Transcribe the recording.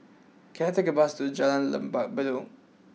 can I take a bus to Jalan Lembah Bedok